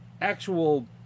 actual